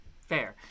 fair